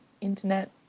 internet